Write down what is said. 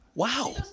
Wow